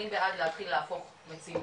אני בעד להתחיל להפוך למציאות,